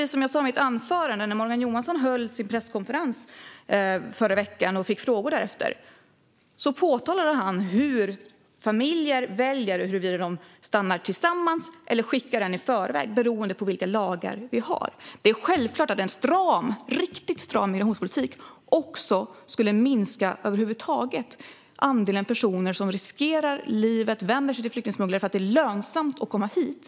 Som jag sa i mitt anförande: När Morgan Johansson höll presskonferens förra veckan och fick frågor efteråt pekade han på att familjer väljer huruvida de stannar tillsammans eller skickar en i förväg beroende på vilka lagar vi har. Det är självklart att en stram, riktigt stram, migrationspolitik också skulle minska andelen personer över huvud taget som riskerar livet och vänder sig till flyktingsmugglare för att det är lönsamt att komma hit.